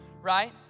right